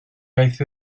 iaith